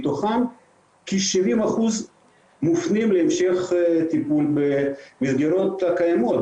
מתוכם כ-70% מופנים להמשך טיפול במסגרות הקיימות,